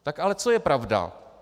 Tak ale co je pravda?